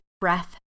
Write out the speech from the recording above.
breath